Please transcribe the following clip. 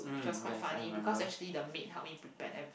which was quite funny because actually the maid help me prepared everything